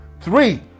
Three